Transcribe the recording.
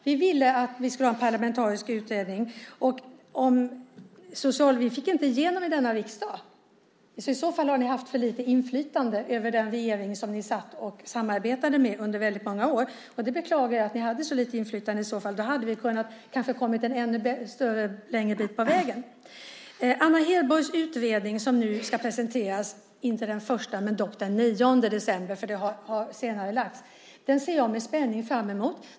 Vi ville ha en parlamentarisk utredning men fick inte igenom det i denna riksdag. I så fall hade ni för lite inflytande över den regering som ni under många år samarbetade med. Jag beklagar om ni hade så lite inflytande. Vi hade kanske kunnat komma en ännu längre bit på vägen. Anna Hedborgs utredning som nu ska presenteras, inte den 1 men väl den 9 december för den har senarelagts, ser jag med spänning fram emot.